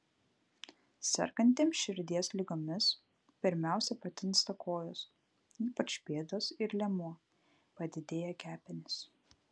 sergantiems širdies ligomis pirmiausia patinsta kojos ypač pėdos ir liemuo padidėja kepenys